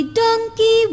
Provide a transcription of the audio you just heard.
donkey